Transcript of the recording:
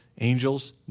angels